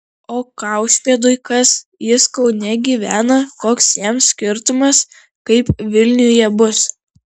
o kaušpėdui kas jis kaune gyvena koks jam skirtumas kaip vilniuje bus